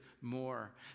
more